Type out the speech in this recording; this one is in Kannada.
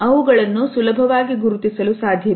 ಅವುಗಳನ್ನು ಸುಲಭವಾಗಿ ಗುರುತಿಸಲು ಸಾಧ್ಯವಿದೆ